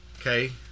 Okay